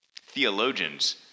Theologians